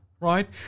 right